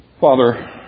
Father